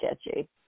sketchy